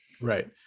right